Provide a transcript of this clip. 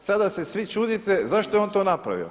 I sada se svi čudite zašto je on to napravio?